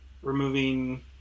removing